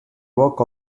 work